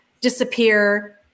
disappear